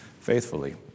faithfully